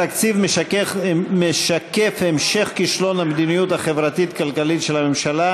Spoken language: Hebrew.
התקציב משקף המשך כישלון המדיניות החברתית-כלכלית של הממשלה,